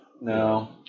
No